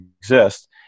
exist